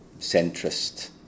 centrist